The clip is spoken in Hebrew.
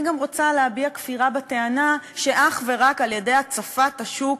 אני גם רוצה להביע כפירה בטענה שאך ורק על-ידי הצפת השוק